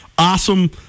awesome